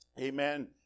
amen